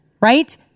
Right